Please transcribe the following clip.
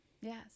Yes